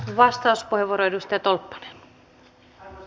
arvoisa rouva puhemies